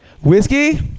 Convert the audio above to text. Whiskey